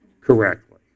correctly